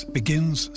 begins